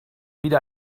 wieder